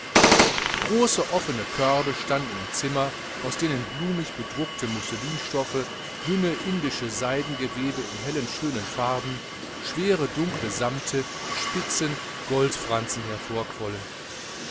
große offene körbe standen im zimmer aus denen blumig bedruckte musselinstoffe dünne indische seidengewebe in hellen schönen farben schwere dunkle samte spitzen